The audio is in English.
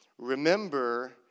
Remember